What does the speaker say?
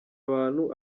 abantu